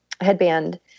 headband